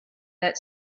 that